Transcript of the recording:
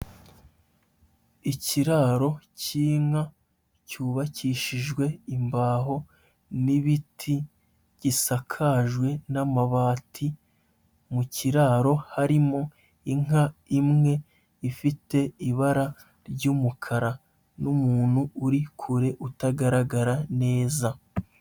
Ikiraro cy'inka cyubakishijwe imbaho n'ibiti, gisakajwe n'amabati, mu kiraro harimo inka imwe ifite ibara ry'umukara n'umuntu uri kure utagaragara neza.